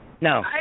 No